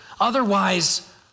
Otherwise